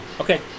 Okay